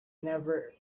never